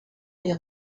les